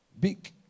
big